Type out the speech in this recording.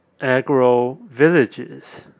agro-villages